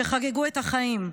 שחגגו את החיים,